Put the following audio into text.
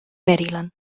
maryland